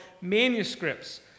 manuscripts